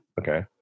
okay